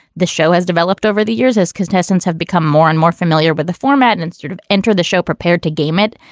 the show has developed over the years as contestants have become. more and more familiar with the format. instead and and sort of enter the show, prepared to game it.